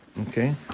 okay